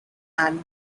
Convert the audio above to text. and